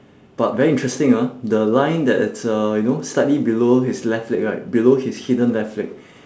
but very interesting ah the line that it's uh you know slightly below his left leg right below his hidden left leg